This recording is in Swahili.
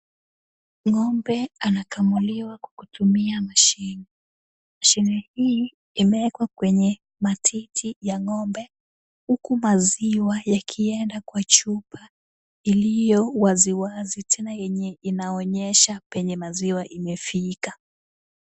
Ng'ombe anakamuliwa kwa kutumia mashine. Mashine hii imewekwa kwenye matiti ya ng'ombe, huku maziwa yakienda kwa chupa iliyo waziwazi, tena yenye inaonyesha penye maziwa imefika.